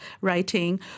writing